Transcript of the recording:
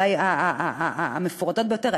אולי המפורטות ביותר,